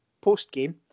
post-game